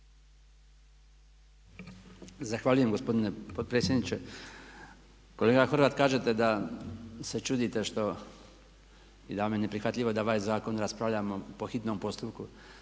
Zahvaljujem gospodine potpredsjedniče. Kolega Horvat, kažete da se čudite što i da vam je neprihvatljivo da ovaj zakon raspravljamo po hitnom postupku.